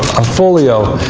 a folio.